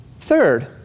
Third